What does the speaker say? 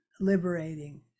liberating